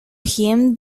him